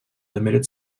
limited